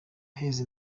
heza